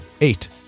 Eight